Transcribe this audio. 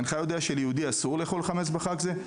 אינך יודע שליהודי אסור לאכול חמץ בחג זה?